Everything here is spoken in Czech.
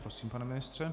Prosím, pane ministře.